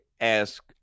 ask